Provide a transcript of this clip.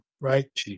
right